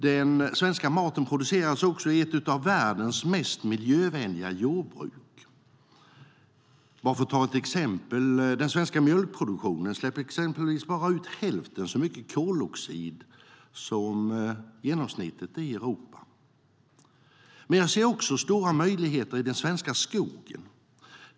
Den svenska maten produceras också i ett av världens mest miljövänliga jordbruk. Bara för att ta ett exempel släpper den svenska mjölkproduktionen ut bara hälften så mycket koloxid som genomsnittet i Europa.Jag ser också stora möjligheter i den svenska skogen.